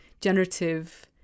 generative